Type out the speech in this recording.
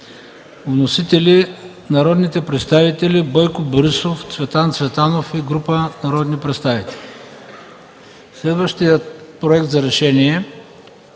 Вносители са народните представители Бойко Борисов, Цветан Цветанов и група народни представители. Следващият проект за решение е